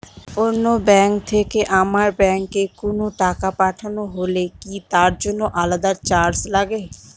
অন্য ব্যাংক থেকে আমার ব্যাংকে কোনো টাকা পাঠানো হলে কি তার জন্য আলাদা চার্জ লাগে?